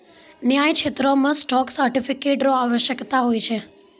न्याय क्षेत्रो मे स्टॉक सर्टिफिकेट र आवश्यकता होय छै